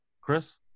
Chris